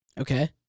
Okay